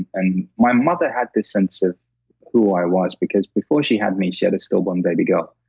and my mother had this sense of who i was because before she had me, she had a stillborn baby girl.